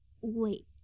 Wait